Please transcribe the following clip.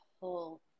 whole